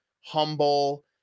humble